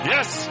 Yes